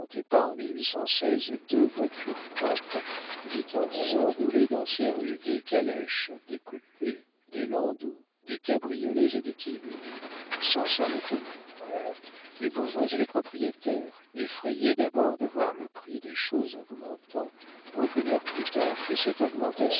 pas en deux voitures propres vit en dix ans rouler dans ses rues des calèches des coupés des landaus des cabriolets et des tilburys sans s'en étonner les bourgeois et les propriétaires effrayés d'abord de voir le prix des choses augmentant reconnurent plus tard que cette